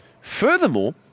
Furthermore